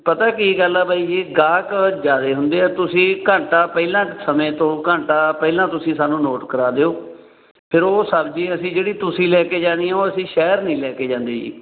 ਪਤਾ ਕੀ ਗੱਲ ਆ ਬਾਈ ਜੀ ਇਹ ਗਾਹਕ ਜ਼ਿਆਦਾ ਹੁੰਦੇ ਆ ਤੁਸੀਂ ਘੰਟਾ ਪਹਿਲਾਂ ਸਮੇਂ ਤੋਂ ਘੰਟਾ ਪਹਿਲਾਂ ਤੁਸੀਂ ਸਾਨੂੰ ਨੋਟ ਕਰਾ ਦਿਓ ਫਿਰ ਉਹ ਸਬਜ਼ੀ ਅਸੀਂ ਜਿਹੜੀ ਤੁਸੀਂ ਲੈ ਕੇ ਜਾਣੀ ਉਹ ਅਸੀਂ ਸ਼ਹਿਰ ਨਹੀਂ ਲੈ ਕੇ ਜਾਂਦੇ ਜੀ